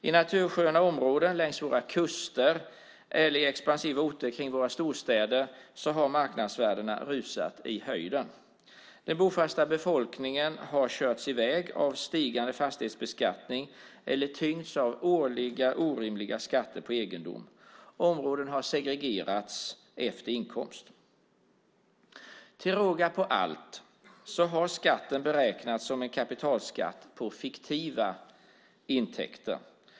I natursköna områden längs våra kuster eller i expansiva orter kring våra storstäder har marknadsvärdena rusat i höjden. Den bofasta befolkningen har körts i väg av stigande fastighetsbeskattning eller tyngs av årliga orimliga skatter på egendom. Områden har segregerats efter inkomst. Till råga på allt har skatten beräknats som en kapitalskatt på fiktiva intäkter.